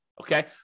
Okay